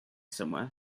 somewhere